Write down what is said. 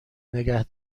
نگه